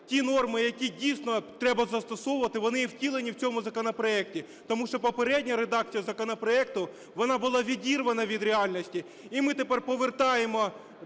ті норми, які, дійсно, треба застосовувати, вони є втілені в цьому законопроекті, тому що попередня редакція законопроекту вона була відірвана від реальності. І ми тепер повертаємо